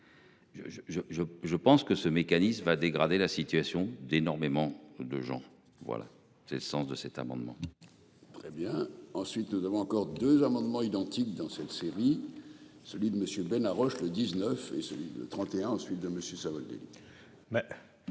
je pense que ce mécanisme va dégrader la situation d'énormément de gens, voilà, c'est le sens de cet amendement. Très bien. Ensuite, nous avons encore 2 amendements identiques dans cette série. Celui de monsieur Ben Roche le 19 et celui de 31 ans suivent de monsieur Savoldelli.